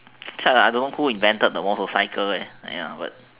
actually I don't know who invented the motorcycle ya but